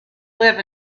live